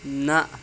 نہ